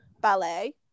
ballet